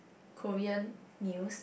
Korean news